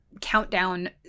countdown